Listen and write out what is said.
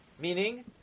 Meaning